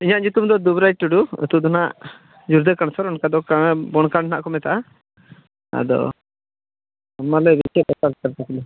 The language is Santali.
ᱤᱧᱟᱹᱜ ᱧᱩᱛᱩᱢ ᱫᱚ ᱫᱩᱵᱽᱨᱟᱡᱽ ᱴᱩᱰᱩ ᱟᱛᱳ ᱫᱚ ᱱᱟᱜ ᱡᱩᱨᱫᱟᱹᱠᱟᱱᱥᱚᱨ ᱚᱱᱠᱟ ᱫᱚ ᱱᱟᱜ ᱵᱚᱱᱠᱟᱲ ᱠᱚ ᱢᱮᱛᱟᱜᱼᱟ ᱟᱫᱚ ᱢᱟ ᱞᱟᱹᱭᱵᱤᱱ ᱪᱮᱫ ᱵᱮᱯᱟᱨ